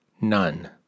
none